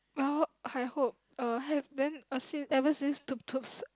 well I hope uh have then ever since tup-tup